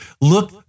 Look